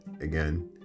again